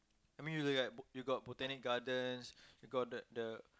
I mean you got like like you got Botanic-Gardens you got the the